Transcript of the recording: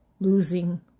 Losing